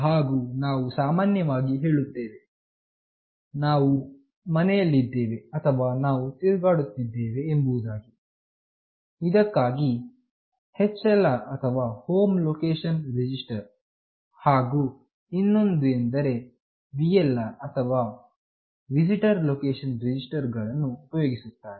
ಹಾಗು ನಾವು ಸಾಮಾನ್ಯವಾಗಿ ಹೇಳುತ್ತೇವೆ ನಾವು ಮನೆಯಲ್ಲಿದ್ದೇವೆ ಅಥವಾ ನಾವು ತಿರುಗಾಡುತ್ತಿದ್ದೇವೆ ಎಂಬುದಾಗಿ ಇದಕ್ಕಾಗಿ HLR ಅಥವಾ ಹೋಮ್ ಲೊಕೇಷನ್ ರಿಜಿಸ್ಟರ್ ಹಾಗು ಇನ್ನೊಂದು ಎಂದರೆ VLR ಅಥವಾ ವಿಸಿಟರ್ ಲೊಕೇಷನ್ ರಿಜಿಸ್ಟರ್ ಗಳನ್ನು ಉಪಯೋಗಿಸುತ್ತಾರೆ